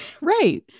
Right